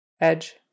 edge